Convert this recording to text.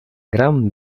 gran